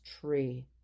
tree